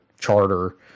charter